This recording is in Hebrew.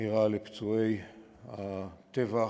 מהירה לפצועי הטבח,